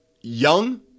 young